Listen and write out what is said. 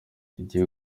didier